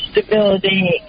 stability